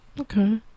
Okay